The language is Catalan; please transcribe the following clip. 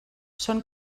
són